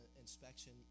inspection